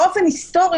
באופן היסטורי,